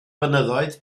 fynyddoedd